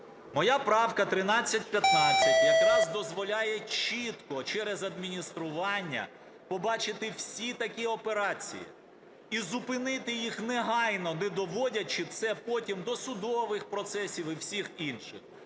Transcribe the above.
Моя правка 1315 якраз дозволяє чітко через адміністрування побачити всі такі операції і зупинити їх негайно, не доводячи це потім до судових процесів і всіх інших,